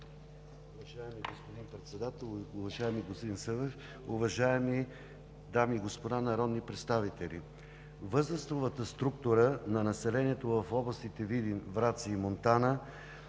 Уважаеми господин Председател, уважаеми господин Събев, уважаеми дами и господа народни представители! Възрастовата структура на населението в областите Видин, Враца и Монтана